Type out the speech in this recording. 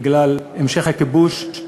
בגלל המשך הכיבוש,